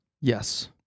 Yes